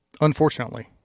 Unfortunately